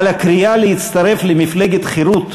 אבל הקריאה להצטרף למפלגת חירות